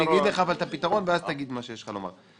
אגיד לך את הפתרון ואז תגיד את מה שיש לך לומר.